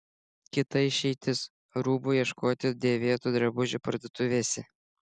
kita išeitis rūbų ieškoti dėvėtų drabužių parduotuvėse